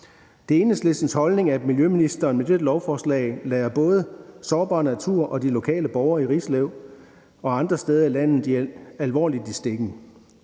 Det er Enhedslistens holdning, at miljøministeren med dette lovforslag lader både sårbar natur og de lokale borgere i Rislev og andre steder i landet alvorligt i stikken.